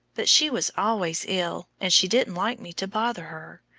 but she was always ill, and she didn't like me to bother her.